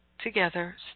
together